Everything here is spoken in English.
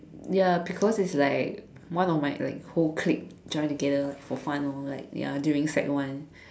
ya because it's like one of my like whole clique join together for fun orh like during sec one